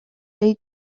fake